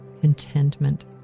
contentment